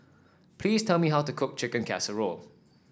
please tell me how to cook Chicken Casserole